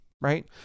Right